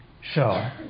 show